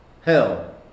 Hell